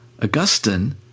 Augustine